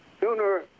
sooner